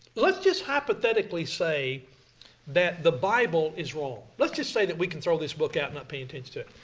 let's just hypothetically say that the bible is wrong, let's just say that we can throw this book out and not pay attention to it.